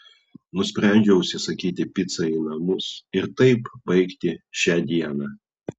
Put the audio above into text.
nusprendžiau užsisakysi picą į namus ir taip baigti šią dieną